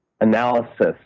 analysis